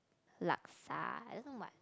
laksa I don't know what